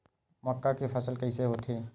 मक्का के फसल कइसे होथे?